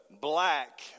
black